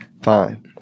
fine